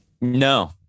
No